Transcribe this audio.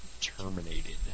Terminated